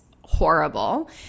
horrible